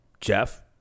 Jeff